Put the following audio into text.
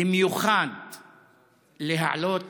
ובמיוחד להעלות